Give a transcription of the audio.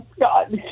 God